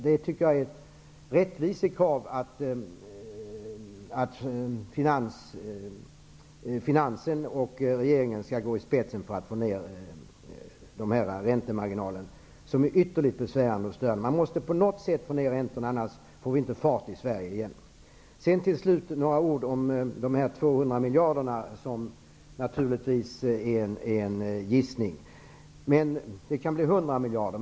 Det är ett rättvisekrav att regeringen går i spetsen för att få ned räntemarginalen, vilken är ytterligt besvärande och störande. Man måste på något sätt få ned räntorna, annars får vi inte fart på Sverige igen. Slutligen vill jag säga någonting om de 200 miljarder kronor som det skulle kosta att sanera banksystemet. Summan är naturligtvis en gissning. Det kan bli 100 miljarder.